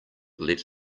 let